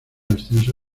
ascenso